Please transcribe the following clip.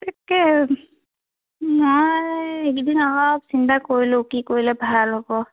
তাকে নাই এইকেইদিন অলপ চিন্তা কৰিলোঁ কি কৰিলে ভাল হ'ব